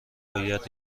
باید